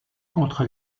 contre